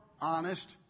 honest